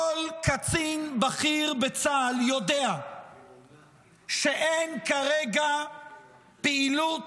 כל קצין בכיר בצה"ל יודע שאין כרגע פעילות